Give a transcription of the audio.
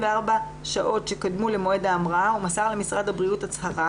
שעות שקדמו למועד ההמראה הוא מסר למשרד הבריאות הצהרה,